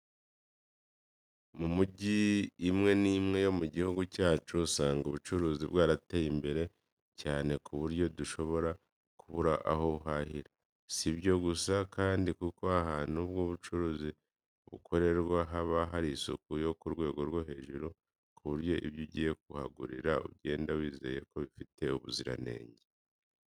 Mu mijyi imwe n'imwe yo mu gihugu cyacu usanga ubucuruzi bwarateye imbere cyane ku buryo udashobora kubura aho uhahira. Si ibyo gusa kandi kuko ahantu ubwo bucuruzi bukorerwa haba hari isuku yo ku rwego rwo hejuru ku buryo ibyo ugiye kuhagurira ugenda wizeye ko bifite ubuziranenge.